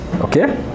Okay